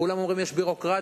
כולם אומרים שיש ביורוקרטיה.